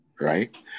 Right